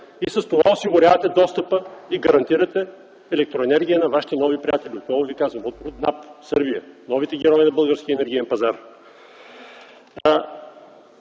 и с това осигурявате достъпа и гарантирате електроенергия на вашите нови приятели, отново Ви казвам, от „Руднап” – Сърбия, новите герои на българския енергиен пазар.